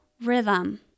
rhythm